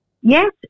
Yes